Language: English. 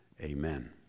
amen